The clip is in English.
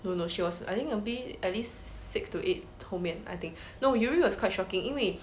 no no she was I think eun bi at least six to eight 后面 I think no uri was quite shocking 因为